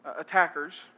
attackers